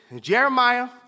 Jeremiah